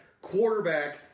quarterback